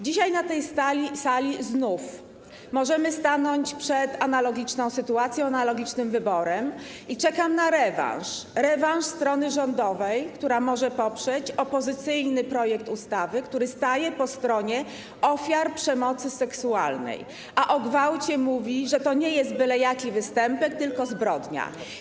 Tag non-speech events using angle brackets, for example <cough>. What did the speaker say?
Dzisiaj na tej sali znów możemy stanąć przed analogiczną sytuacją, analogicznym wyborem, i czekam na rewanż strony rządowej, która może poprzeć opozycyjny projekt ustawy, który staje po stronie ofiar przemocy seksualnej, a o gwałcie mówi, że to nie jest byle jaki <noise> występek, tylko zbrodnia.